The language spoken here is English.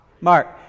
Mark